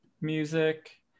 music